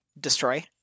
destroy